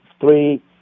three